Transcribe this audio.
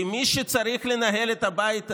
כי מי שצריך לנהל את הבית הזה,